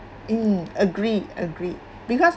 mm agreed agreed because